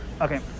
okay